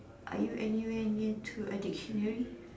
are you anywhere near to a dictionary